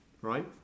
right